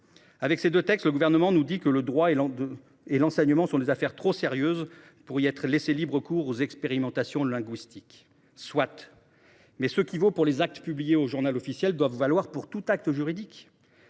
Avec ces deux textes, le Gouvernement nous dit que le droit et l’enseignement sont des affaires trop sérieuses pour y laisser libre cours aux expérimentations linguistiques, soit, mais ce qui vaut pour les actes publiés au doit valoir pour tout acte juridique.